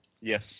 Yes